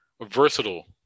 Versatile